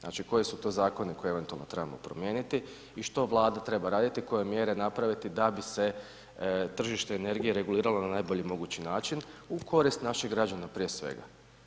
Znači koji su to zakoni koje eventualno trebamo promijeniti i što Vlada treba raditi, koje mjere napraviti da bi se tržište energije regulirano na najbolji mogući način u korist naših građana prije svega.